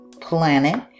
planet